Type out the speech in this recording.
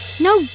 No